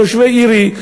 תושבי עירי,